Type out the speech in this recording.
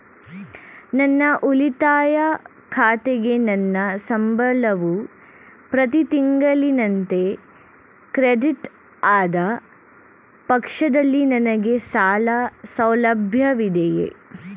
ನನ್ನ ಉಳಿತಾಯ ಖಾತೆಗೆ ನನ್ನ ಸಂಬಳವು ಪ್ರತಿ ತಿಂಗಳಿನಂತೆ ಕ್ರೆಡಿಟ್ ಆದ ಪಕ್ಷದಲ್ಲಿ ನನಗೆ ಸಾಲ ಸೌಲಭ್ಯವಿದೆಯೇ?